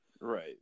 Right